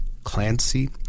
Clancy